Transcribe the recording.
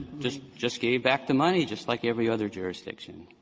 just just gave back the money just like every other jurisdiction.